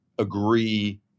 agree